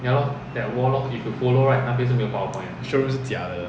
showroom 是假的